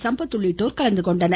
சம்பத் உள்ளிட்டோர் கலந்து கொண்டனர்